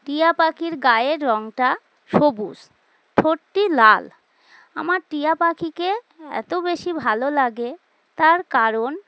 টিয়া পাখির গায়ের রঙটা সবুজ ঠোঁটটি লাল আমার টিয়া পাখিকে এত বেশি ভালো লাগে তার কারণ